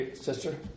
sister